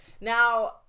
Now